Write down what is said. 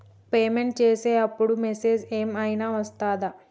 Payment చేసే అప్పుడు message ఏం ఐనా వస్తదా?